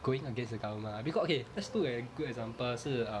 going against the government ah because okay let's look at a good example 是